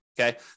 okay